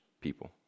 people